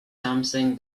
something